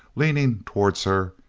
leaning towards her,